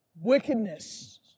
Wickedness